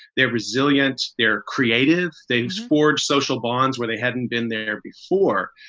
their resilience, their creative things forge social bonds where they hadn't been there before.